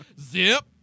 Zip